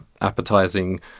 appetizing